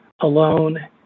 alone